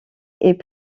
est